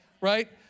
right